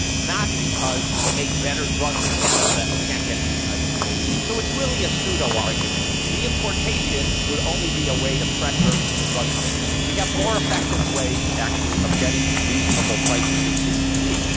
not because they make better drugs in canada that we can't get in the united states. so it's really a pseudo argument. the importation would only be a way to pressure the drug companies. we have more effective ways, actually, of getting reasonable prices, it seems to me.